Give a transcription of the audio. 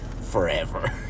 Forever